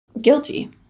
Guilty